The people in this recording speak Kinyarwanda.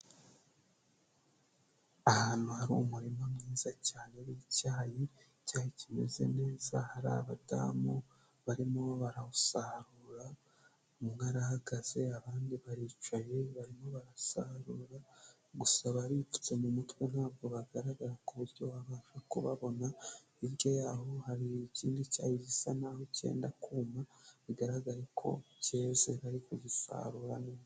Ahantu hari umurima mwiza cyane w'icyayi, icyayi kimeze neza hari abadamu barimo barawusarura, umwe arahagaze abandi baricaye, barimo barasarura gusa baripfutse mu mutwe ntabwo bagaragara ku buryo wabasha kubabona, hirya yaho hari ikindi cyayi gisa naho cyenda kuma, bigaragare ko cyeze bari kugisarura neza.